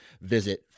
visit